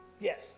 Yes